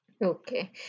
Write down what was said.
Okay